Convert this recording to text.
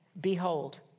behold